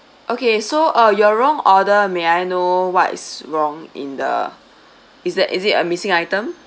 okay so uh your wrong order may I know what's wrong in the is that is it a missing item